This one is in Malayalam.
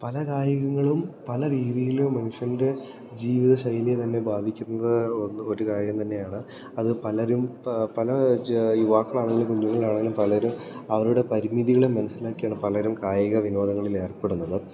പല കായികങ്ങളും പല രീതിയിലും മനുഷ്യൻ്റെ ജീവിത ശൈലിയെത്തന്നെ ബാധിക്കുന്നതായ ഒര് കാര്യംതന്നെയാണ് അത് പലരും പല ജാ യുവാക്കളാണേലും കുഞ്ഞുങ്ങളാണേലും പലരും അവരുടെ പരിമിതികളെ മനസ്സിലാക്കിയാണ് പലരും കായിക വിനോദങ്ങളിലേർപ്പെടുന്നത്